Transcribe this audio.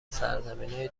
سرزمینای